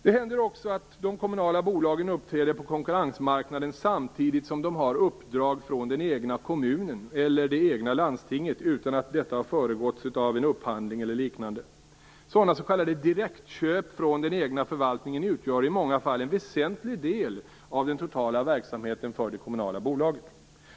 Det händer också att de kommunala bolagen uppträder på konkurrensmarknaden samtidigt som de har uppdrag från den egna kommunen eller det egna landstinget utan att detta har föregåtts av en upphandling eller liknande. Sådana s.k. direktköp från den egna förvaltningen utgör i många fall en väsentlig del av den totala verksamheten för de kommunala bolagen.